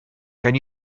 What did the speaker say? can